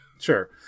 Sure